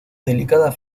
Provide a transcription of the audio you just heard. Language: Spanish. delicadas